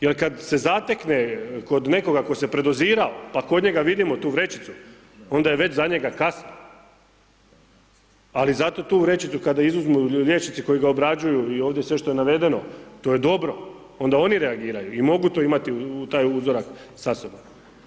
Jel kad se zatekne kod nekoga tko se predozirao pa kod njega vidimo tu vrećicu onda je već za njega kasno, ali zato tu vrećicu kada izuzmu liječnici koji ga obrađuju i ovdje sve što je navedeno, to je dobro, onda oni reagiraju i mogu imati taj uzorak sa sobom.